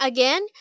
Again